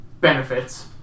benefits